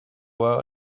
out